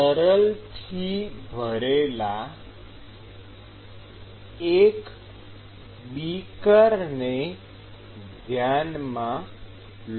તરલ થી ભરેલા એક બીકરને ધ્યાનમાં લો